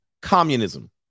Communism